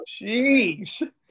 Jeez